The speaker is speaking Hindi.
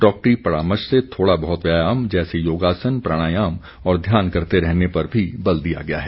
डाक्टरी परामर्श से थोड़ा बहुत व्यायाम जैसे योगासन प्राणायाम और ध्यान करते रहने पर बल दिया गया है